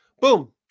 Boom